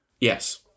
yes